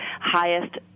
highest